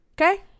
Okay